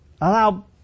allow